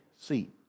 seat